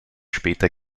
später